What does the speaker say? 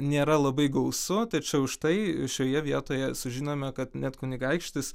nėra labai gausu tačiau štai šioje vietoje sužinome kad net kunigaikštis